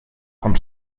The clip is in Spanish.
con